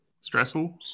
Stressful